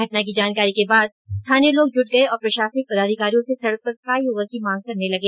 घटना की जानकारी के बाद स्थानीय लोग जुट गए और प्रशासनिक पदाधिकारियों से सड़क पर फ्लाईओवर की मांग करने लगे